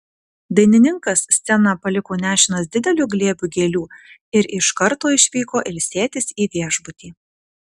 dainininkas sceną paliko nešinas dideliu glėbiu gėlių ir iš karto išvyko ilsėtis į viešbutį